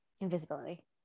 Invisibility